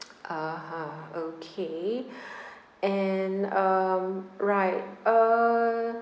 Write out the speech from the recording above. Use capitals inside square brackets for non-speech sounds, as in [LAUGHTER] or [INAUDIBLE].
(uh huh) okay [BREATH] and um right uh